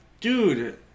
Dude